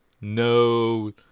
no